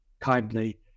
kindly